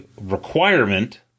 requirement